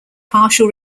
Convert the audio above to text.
partial